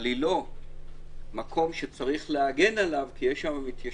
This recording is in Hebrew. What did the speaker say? אבל היא לא מקום שצריך להגן עליו כי יש שם מתיישבים.